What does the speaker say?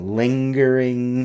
lingering